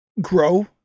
grow